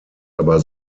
aber